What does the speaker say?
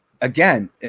again